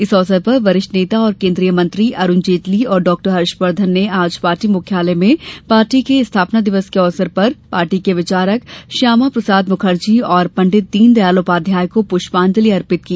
इस अवसर पर वरिष्ठ नेता और केन्द्रीय मंत्री अरूण जेटती और डहक्टर हर्षवर्धन ने आज पार्टी मुख्यालय में पार्टी के स्थापना दिवस के अवसर पर पार्टी के विचारक श्यामाप्रसाद मुखर्जी और पंडित दीनदयाल उपाध्याय को पृष्पांजलि अर्पित की